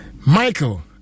Michael